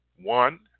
one